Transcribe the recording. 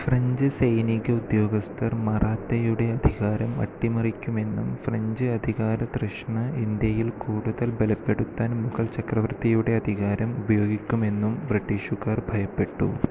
French സൈനിക ഉദ്യോഗസ്ഥർ മറാത്തയുടെ അധികാരം അട്ടിമറിക്കുമെന്നും ഫ്രഞ്ച് അധികാര തൃഷ്ണ ഇന്ത്യയിൽ കൂടുതൽ ബലപ്പെടുത്താന് മുഗൾ ചക്രവർത്തിയുടെ അധികാരം ഉപയോഗിക്കുമെന്നും ബ്രിട്ടീഷുകാർ ഭയപ്പെട്ടു